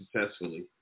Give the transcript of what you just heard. successfully